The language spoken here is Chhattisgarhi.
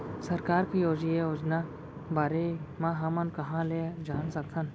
सरकार के योजना के बारे म हमन कहाँ ल जान सकथन?